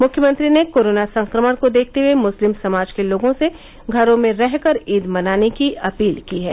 मुख्यमंत्री ने कोरोना संक्रमण को देखते हुए मुस्लिम समाज के लोगों से घरों में रहकर ईद मनाने की अपील की है